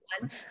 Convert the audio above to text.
one